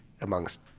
amongst